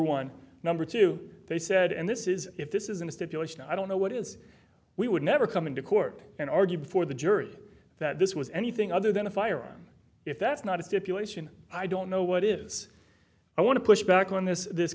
one number two they said and this is if this isn't a stipulation i don't know what is we would never come into court and argue before the jury that this was anything other than a firearm if that's not a stipulation i don't know what is i want to push back on this this